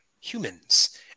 humans